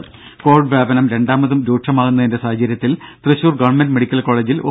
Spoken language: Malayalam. രും കോവിഡ് വ്യാപനം രണ്ടാമതും രൂക്ഷമാകുന്നതിന്റെ സാഹചര്യത്തിൽ തൃശൂർ ഗവൺമെന്റ് മെഡിക്കൽ കോളേജിൽ ഒ